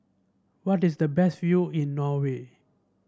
where is the best view in Norway